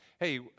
Hey